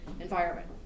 environment